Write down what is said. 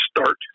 start